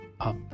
up